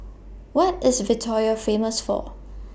What IS Victoria Famous For